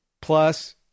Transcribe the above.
plus